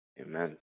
Amen